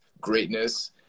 greatness